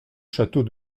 château